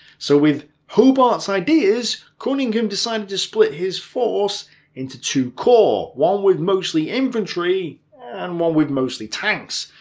so with hobart's ideas, cunningham decided to split his force into two corps, one with mostly infantry and one with mostly tanks.